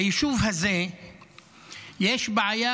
ביישוב הזה יש בעיה,